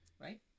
Right